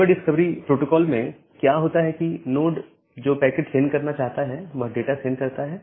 neighbour discovery protocol में क्या होता है कि नोड जो पैकेट सेंड करना चाहता है वह डाटा सेंड करता है